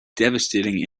devastating